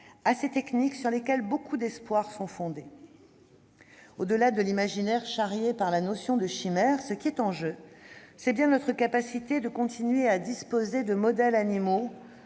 à des techniques sur lesquelles de grands espoirs sont fondés. Au-delà de l'imaginaire charrié par la notion de chimère, ce qui est en jeu, c'est bien notre capacité à continuer à disposer de modèles animaux